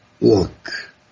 look